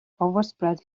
overspread